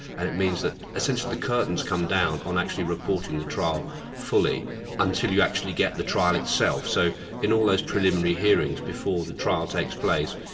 and it means that since the curtain's come down on actually reporting the trial fully until you actually get the trial itself, so in all those preliminary hearings before the trial takes place,